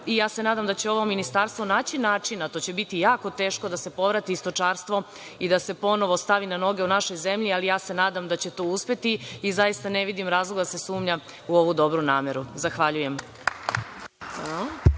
se nadam da će ovo ministarstvo naći načina, to će biti jako teško, da se povrati stočarstvo i da se ponovo stavi na noge u našoj zemlji, ali ja se nadam da će to uspeti i zaista ne vidim razlog da se sumnja u ovu dobru nameru. Zahvaljujem.